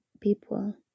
people